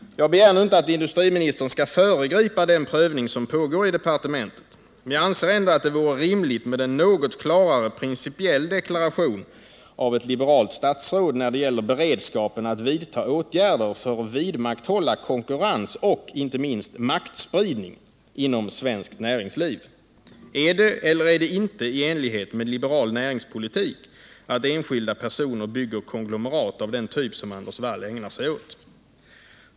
Jag begär inte att industriministern skall föregripa den prövning som pågår i departementet, men jag anser ändå att det vore rimligt med en något klarare principiell deklaration av ett liberalt statsråd när det gäller beredskapen att vidta åtgärder för att vidmakthålla konkurrens och, inte minst, maktspridning inom svenskt näringsliv. Är det eller är det inte i enlighet med liberal näringspolitik att enskilda personer bygger konglomerat av den typ som Anders Wall ägnar sig åt?